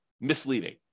misleading